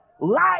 Life